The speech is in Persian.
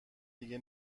دیگه